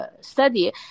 study